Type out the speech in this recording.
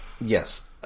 Yes